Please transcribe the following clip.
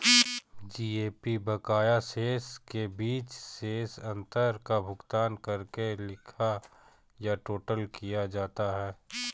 GAP बकाया शेष के बीच शेष अंतर का भुगतान करके लिखा या टोटल किया जाता है